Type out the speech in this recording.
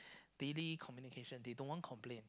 daily communication they don't want complain